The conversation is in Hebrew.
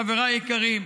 חבריי היקרים.